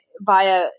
via